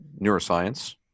neuroscience